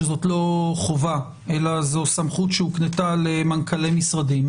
שזאת לא חובה אלא זו סמכות שהוקנתה למנכ"לי משרדים.